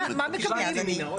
מה מקבלים?